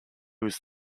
was